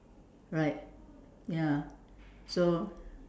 right ya so